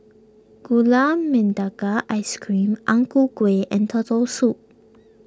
Gula Melaka Ice Cream Ang Ku Kueh and Turtle Soup